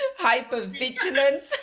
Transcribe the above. hypervigilance